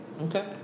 Okay